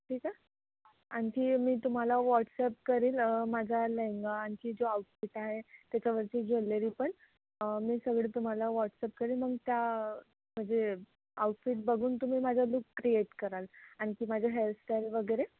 ठीक आहे आणखी मी तुम्हाला व्हॉटसअप करेल माझा लेहंगा आणखी जो आऊटफिट आहे त्याच्यावरची ज्वेलरी पण मी सगळं तुम्हाला व्हॉटसअप करेन मग त्या म्हणजे आऊटफिट बघून तुम्ही माझा लूक क्रिएट कराल आणखी माझा हेअरस्टाईल वगैरे